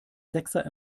sechser